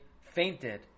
fainted